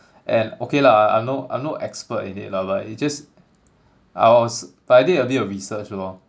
and okay lah I'm no I'm no expert in it lah but it just I was but I did a bit of research lor